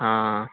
हँ